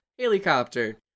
Helicopter